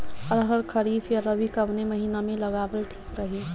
अरहर खरीफ या रबी कवने महीना में लगावल ठीक रही?